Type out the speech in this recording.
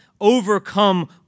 overcome